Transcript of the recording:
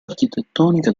architettonica